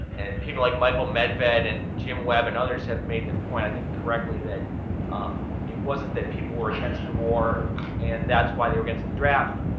and people like michael medved and jim webb and others have made the point, i think correctly, that um it wasn't that people were against the war and that's why they were the draft.